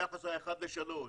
היחס היה 1 ל-3.